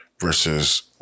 versus